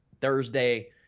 Thursday